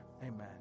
Amen